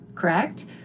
correct